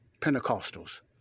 Pentecostals